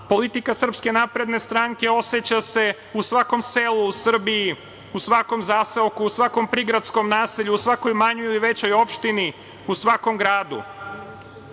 Politika SNS oseća se u svakom selu u Srbiji, u svakom zaseoku, u svakom prigradskom naselju, u svakom manjoj ili većoj opštini, u svakom gradu. Što